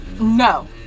No